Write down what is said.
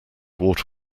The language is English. water